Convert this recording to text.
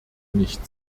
nicht